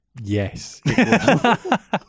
Yes